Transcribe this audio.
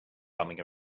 bumming